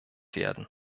werden